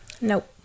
Nope